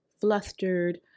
flustered